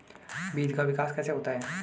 बीज का विकास कैसे होता है?